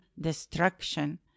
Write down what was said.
destruction